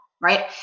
Right